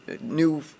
new